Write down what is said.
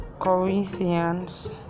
Corinthians